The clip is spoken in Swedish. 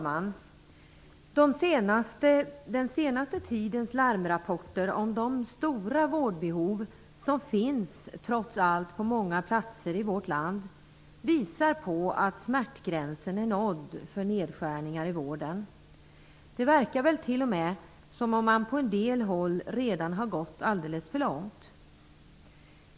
Fru talman! Den senaste tidens larmrapporter om de stora vårdbehov som trots allt finns på många platser i vårt land visar på att smärtgränsen är nådd för nedskärningarna inom vården. Det verkar som om man på en del håll redan har gått alldeles för långt.